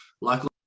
Luckily